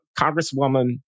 Congresswoman